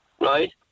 right